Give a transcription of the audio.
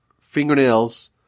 fingernails